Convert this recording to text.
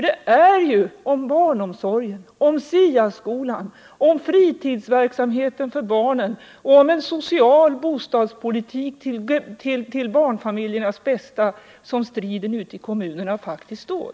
Det är ju om barnomsorgen, om SIA-skolan och fritidsverksamheten för barnen och om en social bostadspolitik till barnfamiljernas bästa som striden ute i kommunerna faktiskt står.